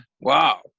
Wow